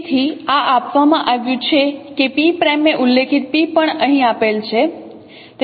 તેથી આ આપવામાં આવ્યું છે કે P' મેં ઉલ્લેખિત P પણ અહીં આપેલ છે